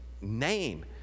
name